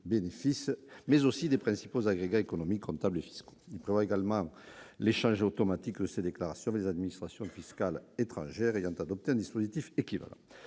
bénéfices, mais aussi des principaux agrégats économiques, comptables et fiscaux. Il prévoit également l'échange automatique de ces déclarations avec les administrations fiscales étrangères ayant adopté un dispositif équivalent.